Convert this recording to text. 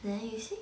there you see